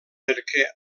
perquè